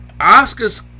Oscar's